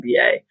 NBA